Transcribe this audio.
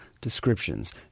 descriptions